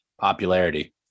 popularity